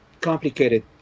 complicated